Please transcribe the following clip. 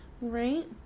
Right